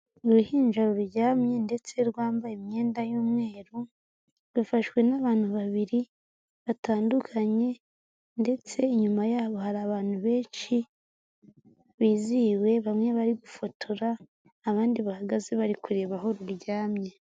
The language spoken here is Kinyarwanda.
Uruhinja ruryamye ndetse rwambaye imyenda y'umweru, rufashwe n'abantu babiri batandukanye ndetse inyuma yabo hari abantu benshi bizihiwe, bamwe bari gufotora, abandi bahagaze bari kureba aho ruryamye.